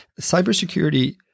cybersecurity